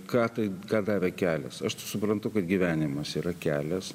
ką tai ką davė kelias aš čia suprantu kad gyvenimas yra kelias